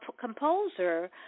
composer